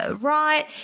right